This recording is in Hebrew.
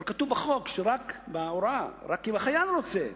אבל כתוב בחוק, בהוראה, שרק אם החייל רוצה.